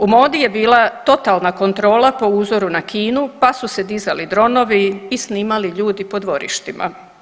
U modi je bila totalna kontrola po uzoru na Kinu, pa su se dizali dronovi i snimali ljudi po dvorištima.